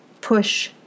push